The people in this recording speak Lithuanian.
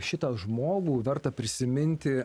šitą žmogų verta prisiminti